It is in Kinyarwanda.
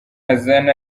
azana